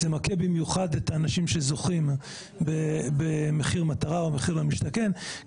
זה מכה במיוחד את האנשים שזוכים במחיר מטרה או מחיר למשתכן כי